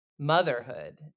motherhood